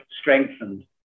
strengthened